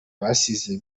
basize